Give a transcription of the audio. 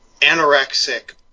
anorexic